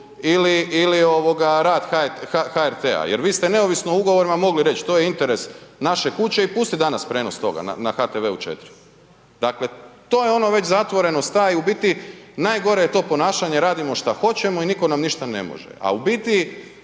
ili rad HRT-a jer vi ste neovisno ugovorima mogli reći to je interes naše kuće i pusti danas prijenos toga na HTV-u 4. Dakle, to je ono već zatvorenost ta, u biti najgore je to ponašanje radimo što hoćemo i nitko nam ništa ne može.